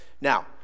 Now